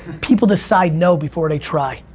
people decide no before they try.